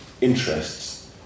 interests